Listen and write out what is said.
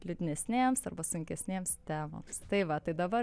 liūdnesnėms arba sunkesnėms temoms tai va tai dabar